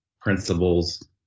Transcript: principles